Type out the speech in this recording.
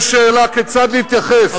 יש שאלה כיצד להתייחס,